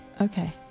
okay